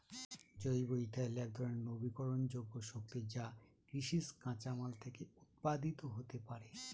জৈব ইথানল একধরনের নবীকরনযোগ্য শক্তি যা কৃষিজ কাঁচামাল থেকে উৎপাদিত হতে পারে